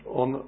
on